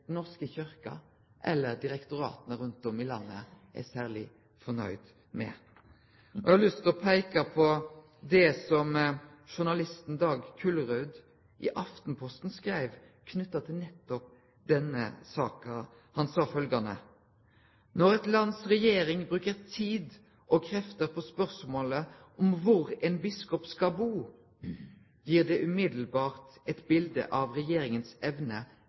norske kyrkja eller direktorata rundt om i landet er særleg fornøgde med. Eg har lyst til å peike på det som journalisten Dag Kullerud skreiv i Aftenposten knytt til nettopp denne saka. Han sa følgjande: «Når et lands regjering bruker tid og krefter på spørsmålet om hvor en biskop skal bo, gir det umiddelbart et bilde av regjeringens evne